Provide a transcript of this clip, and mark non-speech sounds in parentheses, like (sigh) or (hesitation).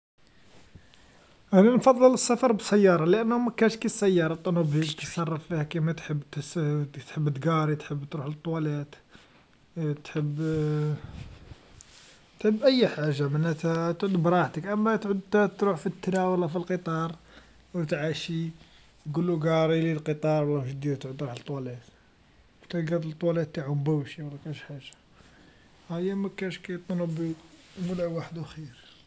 أنا نفضل السفر بالسياره لأنها مكانش كالسياره الطونوبيل، تتصرف فيها كيما تحب تحس تحب تقاري تحب تروح للمرحاض (hesitation) تحب (hesitation) تحب أي حاجه تعود براحتك، أما تعود تروح في القطار و لا القطار تروح تعاشي تقولو قاريلي القطار واش دير تعود تروح للمرحاض، تلقى مرحاض نتاعه مبوشيا و لا كاش حاجه، أيا مكانش كالطونوبيل مولاه وحدو خير.